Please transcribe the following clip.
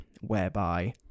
whereby